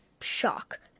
shock